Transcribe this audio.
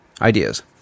ideas